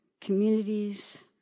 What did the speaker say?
communities